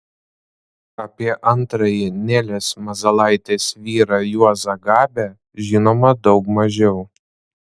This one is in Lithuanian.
apie antrąjį nelės mazalaitės vyrą juozą gabę žinoma daug mažiau